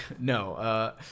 no